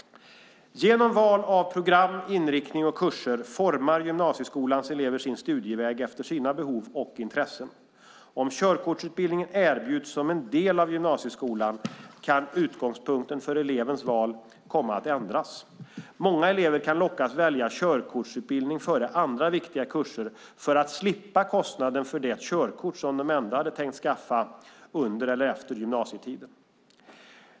Genom val av program, inriktning och kurser formar gymnasieskolans elever sin studieväg efter sina behov och intressen. Om körkortsutbildning erbjuds som en del av gymnasieskolan kan utgångspunkten för elevens val komma att ändras. Många elever kan lockas att välja körkortsutbildning före andra viktiga kurser för att slippa kostnaden för det körkort som de ändå tänkt skaffa under eller efter gymnasietiden.